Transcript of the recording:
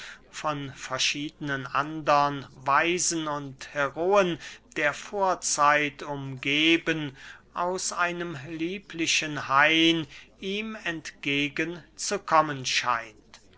von verschiedenen andern weisen und heroen der vorzeit umgeben aus einem lieblichen hayn ihm entgegen zu kommen scheint